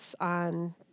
on